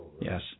Yes